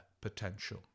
potential